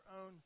own